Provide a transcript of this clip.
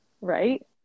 right